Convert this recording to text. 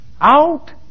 Out